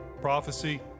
prophecy